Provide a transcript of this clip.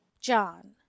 John